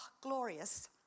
glorious